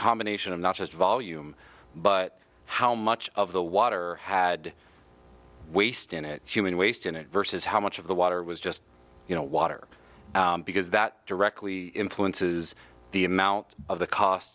combination of not just volume but how much of the water had wasting it human waste in it versus how much of the water was just you know water because that directly influences the amount of